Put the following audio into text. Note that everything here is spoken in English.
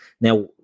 Now